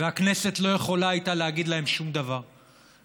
והכנסת לא הייתה יכולה